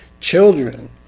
children